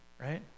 Right